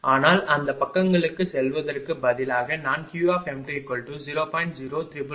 ஆனால் அந்தப் பக்கங்களுக்குச் செல்வதற்குப் பதிலாக நான் Q20